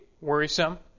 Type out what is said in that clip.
worrisome